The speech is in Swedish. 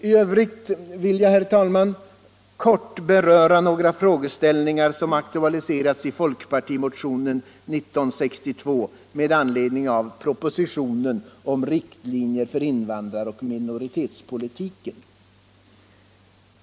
I övrigt vill jag, herr talman, kort beröra några frågeställningar som aktualiserats i folkpartimotionen 1962 med anledning av propositionen om riktlinjer för invandraroch minoritetspolitiken.